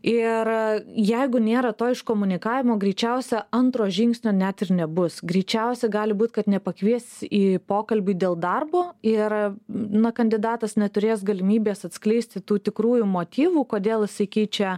ir jeigu nėra to iškomunikavimo greičiausia antro žingsnio net ir nebus greičiausia gali būt kad nepakvies į pokalbį dėl darbo ir na kandidatas neturės galimybės atskleisti tų tikrųjų motyvų kodėl jisai keičia